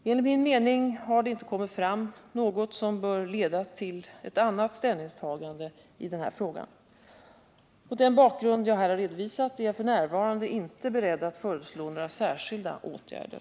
Enligt min mening har det inte kommit fram något som bör leda till ett annat ställningstagande i denna fråga. Mot bakgrund av vad jag här redovisat är jag f. n. inte beredd att föreslå några särskilda åtgärder.